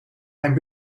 mijn